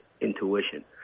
intuition